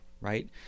right